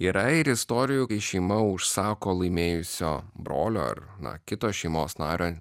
yra ir istorijų kai šeima užsako laimėjusio brolio ar na kito šeimos nario